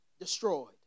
destroyed